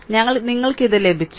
ഞങ്ങൾക്ക് ഇത് ലഭിച്ചു